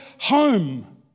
home